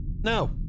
No